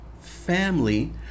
family